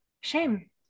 shame